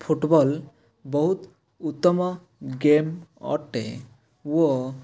football ବହୁତ ଉତ୍ତମ game ଅଟେ ଓ